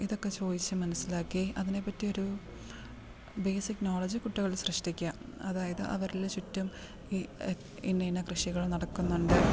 ഇതൊക്കെ ചോദിച്ച് മനസ്സിലാക്കി അതിനെ പറ്റിയൊരു ബേസിക് നോളജ് കുട്ടികൾ സൃഷ്ടിക്കുക അതായത് അവരിൽ ചുറ്റും ഈ ഇന്ന ഇന്ന കൃഷികൾ നടക്കുന്നുണ്ട്